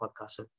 podcast